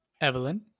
Evelyn